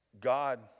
God